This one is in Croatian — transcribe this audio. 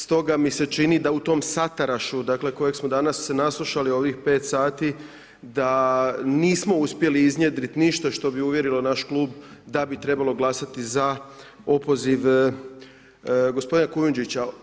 Stoga mi se čini da u tom satarašu, dakle, kojeg smo danas se naslušali ovih pet sati da nismo uspjeli iznjedrti ništa što bi uvjerilo naš klub da bi trebalo glasati za opoziv gospodina Kujundžića.